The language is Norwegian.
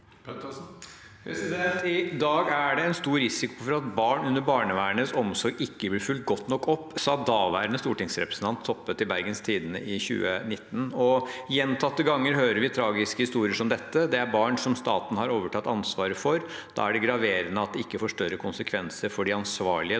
I dag er det en stor ri- siko for at barn under barnevernets omsorg ikke blir fulgt godt nok opp, sa daværende stortingsrepresentant Toppe til Bergens Tidende i 2019. Den gangen sa hun: «Gjentatte ganger hører vi tragiske historier som dette. Dette er barn som staten har overtatt ansvaret for. Da er det graverende at det ikke får større konsekvenser for de ansvarlige